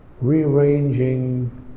rearranging